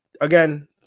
again